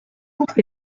couples